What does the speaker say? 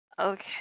Okay